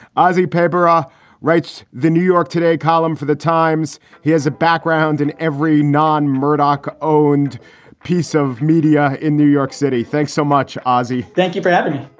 paper ah writes the new york today column for the times. he has a background in every non murdoch owned piece of media in new york city. thanks so much ozzie, thank you for having me